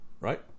Right